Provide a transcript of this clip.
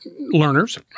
learners